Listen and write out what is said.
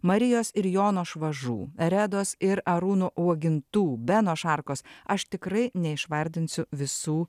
marijos ir jono švažų redos ir arūno uogintų beno šarkos aš tikrai neišvardinsiu visų